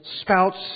spouts